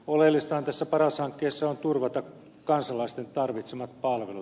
oleellistahan tässä paras hankkeessa on turvata kansalaisten tarvitsemat palvelut